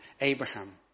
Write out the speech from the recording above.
Abraham